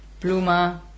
Pluma